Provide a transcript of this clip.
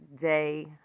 Day